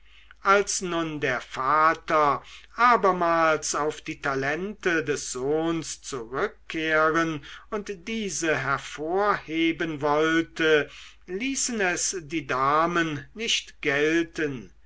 als nun der vater abermals auf die talente des sohns zurückkehren und diese hervorheben wollte ließen es die damen nicht gelten